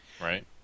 Right